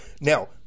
Now